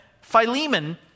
Philemon